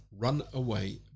Runaway